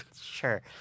Sure